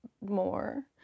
more